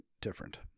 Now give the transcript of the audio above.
different